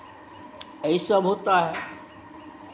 यही सब होता है